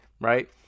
right